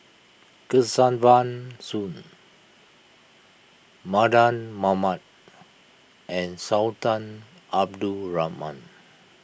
Kesavan Soon Mardan Mamat and Sultan Abdul Rahman